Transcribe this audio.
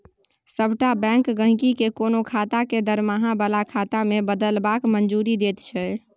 सभटा बैंक गहिंकी केँ कोनो खाता केँ दरमाहा बला खाता मे बदलबाक मंजूरी दैत छै